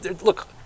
look